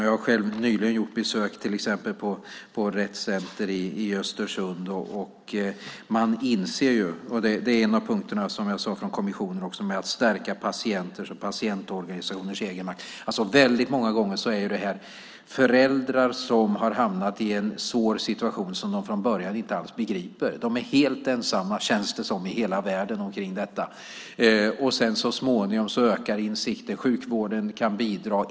Jag har själv nyligen gjort besök till exempel på Rett Center i Östersund. Det är som jag sade en av punkterna från kommissionen som syftar till att stärka patienters och patientorganisationers egenmakt. Väldigt många gånger är det här föräldrar som har hamnat i en svår situation som de från början inte alls begriper. De är helt ensamma i hela världen om detta, känns det som. Så småningom ökar insikten. Sjukvården kan bidra.